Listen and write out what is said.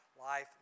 life